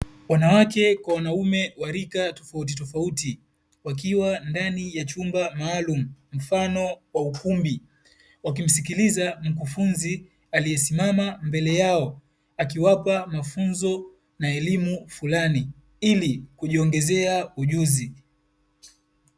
Wanawake kwa wanaume wa rika tofauti tofauti wakiwa ndani ya chumba maalumu mfano wa ukumbi, wakimsikiliza mkufunzi aliyesimama mbele yao, akiwapa mafunzo na elimu fulani ili kujiongezea ujuzi.